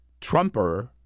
Trumper